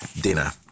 dinner